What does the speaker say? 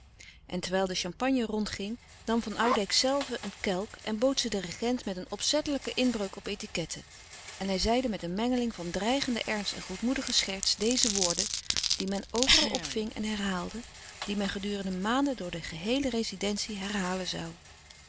en terwijl de champagne rondging nam van oudijck zelve een kelk en bood ze den regent met een opzettelijke inbreuk op etiquette en hij zeide met een mengeling van dreigenden ernst en goedmoedige scherts deze woorden die men overal opving en herhaalde die men gedurende maanden door de geheele rezidentie herhalen zoû